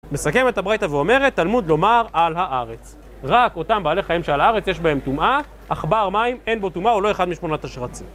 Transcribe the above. מסכמת הברייתא ואומרת: תלמוד לומר על הארץ, רק אותם בעלי חיים שעל הארץ יש בהם טומאה, עכבר מים אין בו טומאה, הוא לא אחד משמונת השרצים